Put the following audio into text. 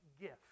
gift